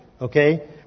Okay